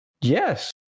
Yes